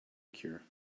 cure